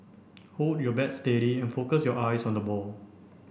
hold your bat steady and focus your eyes on the ball